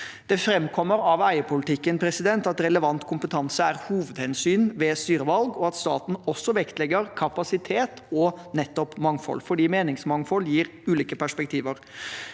Det framkommer av eierpolitikken at relevant kompetanse er hovedhensynet ved styrevalg, og at staten også vektlegger kapasitet og nettopp mangfold. Meningsmangfold gir ulike perspektiver.